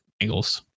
angles